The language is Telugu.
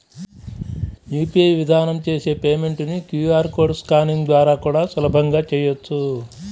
యూ.పీ.ఐ విధానం చేసే పేమెంట్ ని క్యూ.ఆర్ కోడ్ స్కానింగ్ ద్వారా కూడా సులభంగా చెయ్యొచ్చు